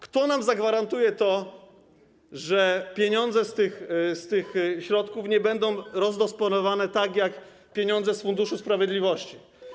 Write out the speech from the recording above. Kto nam zagwarantuje, że pieniądze z tych środków nie będą rozdysponowane tak jak pieniądze z Funduszu Sprawiedliwości?